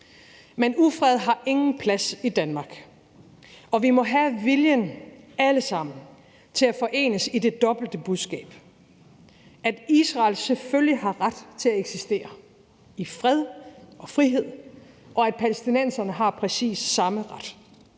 Men ufred har ingen plads i Danmark, og vi må alle sammen have viljen til at forenes i det dobbelte budskab, at Israel selvfølgelig har ret til at eksistere i fred og frihed, og at palæstinenserne har præcis samme ret.